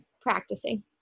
practicing